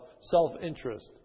self-interest